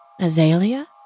Azalea